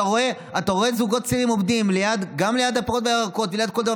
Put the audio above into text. אתה רואה זוגות צעירים עומדים ליד הפירות והירקות וליד כל דבר,